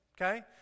Okay